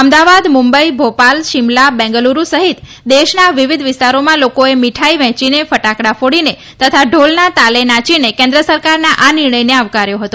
અમદાવાદ મુંબઇ ભોપાલ સિમલા બેંગલુર્ સહિત દેશના વિવિધ વિસ્તારોમાં લોકોએ મીઠાઇ વહેંચીને ફટાકડા ફોડીને તથા ઢોલના તાલે નાચીને કેન્દ્ર સરકારના આ નિર્ણયને આવકાર્યો હતો